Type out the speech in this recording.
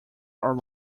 are